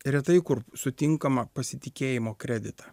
retai kur sutinkamą pasitikėjimo kreditą